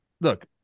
look